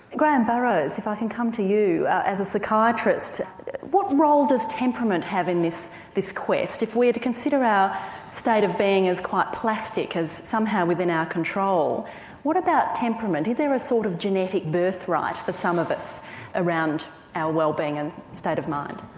graham ah burrows, if i can come to you, as a psychiatrist what role does temperament have in this this quest? if we are to consider our state of being as quite plastic, as somehow within our control what about temperament, is there a sort of genetic birthright for some us around our wellbeing and state of mind?